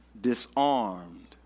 disarmed